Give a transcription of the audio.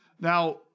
Now